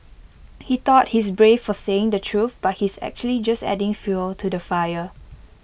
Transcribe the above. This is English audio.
he thought he's brave for saying the truth but he's actually just adding fuel to the fire